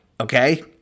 Okay